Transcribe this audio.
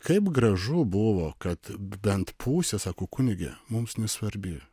kaip gražu buvo kad bent pusė sako kunige mums nesvarbi